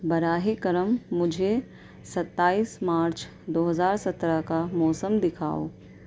براہ کرم مجھے ستائیس مارچ دو ہزار سترہ کا موسم دکھاؤ